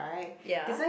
ya